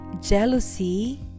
jealousy